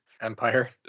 empire